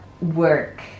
work